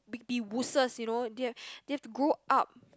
be be wusses you know they they have to grow up